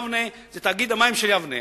שזה תאגיד המים של יבנה.